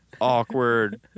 awkward